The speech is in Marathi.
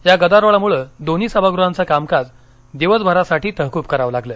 या गदारोळामुळे दोन्ही सभागृहांचं कामकाज दिवसभरासाठी तहकूब करावं लागलं